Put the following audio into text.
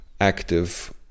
active